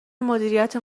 مدیریت